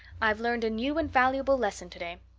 i've learned a new and valuable lesson today.